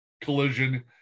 collision